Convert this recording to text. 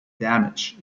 damage